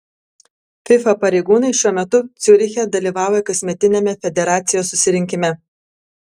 fifa pareigūnai šiuo metu ciuriche dalyvauja kasmetiniame federacijos susirinkime